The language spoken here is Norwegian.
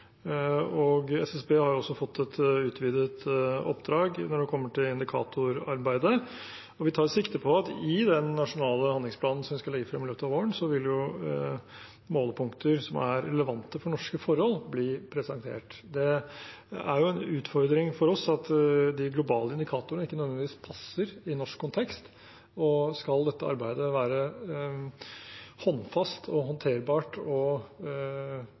SSB har også fått et utvidet oppdrag når det gjelder indikatorarbeidet, og vi tar sikte på at i den nasjonale handlingsplanen som skal legges frem i løpet av våren, vil målepunkter som er relevante for norske forhold, bli presentert. Det er en utfordring for oss at de globale indikatorene ikke nødvendigvis passer i norsk kontekst, og skal dette arbeidet være håndfast, håndterbart og